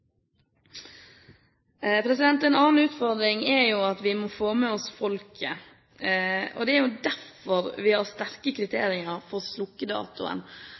En annen utfordring er at vi må få med oss folket. Det er derfor vi har sterke kriterier for